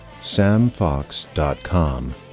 samfox.com